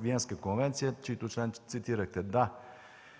Виенската конвенция, чийто член цитирахте. Да,